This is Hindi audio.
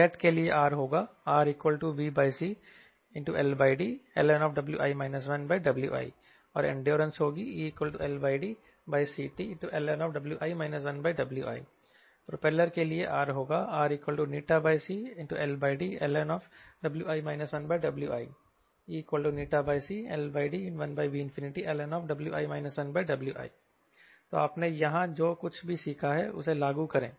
जेट के लिए R होगा RVCLDln Wi 1Wi और इंड्योरेंस होगी ELDCtln Wi 1Wi प्रोपेलर के लिए R होगा RCLDln Wi 1Wi और इंड्योरेंस होगी ECLD1Vln Wi 1Wi तो आपने यहां जो कुछ भी सीखा है उसे लागू करें